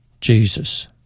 Jesus